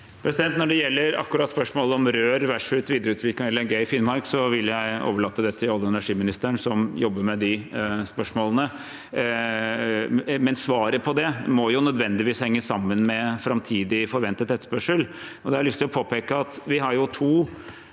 Når det gjel- der spørsmålet om rør versus videreutvikling av LNG i Finnmark, vil jeg overlate det til olje- og energiministeren, som jobber med de spørsmålene. Men svaret på det må nødvendigvis henge sammen med framtidig forventet etterspørsel. Da har jeg lyst til å påpeke at vi har to